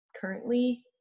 currently